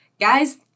guys